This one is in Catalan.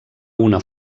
una